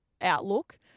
outlook